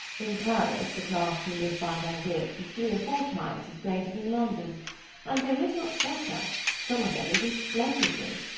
in paris the class who live by their wits is three or four times as great as in london and they live much better some of them even splendidly.